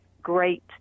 great